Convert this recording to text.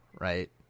right